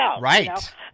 Right